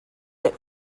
that